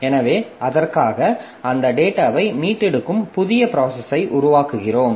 எனவே அதற்காக அந்த டேட்டாவை மீட்டெடுக்கும் புதிய ப்ராசஸை உருவாக்குகிறோம்